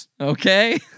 okay